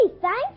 thanks